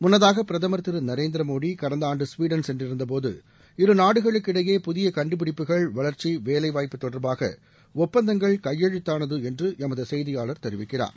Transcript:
முன்னதாக பிரதமர்திரு நரேந்திர மோடி கடந்த ஆண்டு ஸ்வீடன் சென்றிருந்தபோது இரு நாடுகளுக்கு இடையே புதிய கண்டுபிடிப்புகள் வளர்ச்சி வேலைவாய்ப்பு தொடர்பாக ஒப்பந்தங்கள் கையெழுத்தானது என்று எமது செய்தியாளர் தெரிவிக்கிறார்